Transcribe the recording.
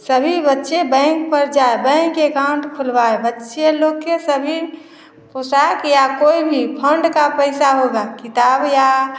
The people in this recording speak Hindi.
सभी बच्चे बैंक पर जाए बैंक पर अकाउंट खुलवाए बच्चे लोग के सभी पोषाक या कोई भी फण्ड का पैसा होगा किताब या